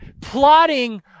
plotting